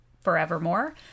forevermore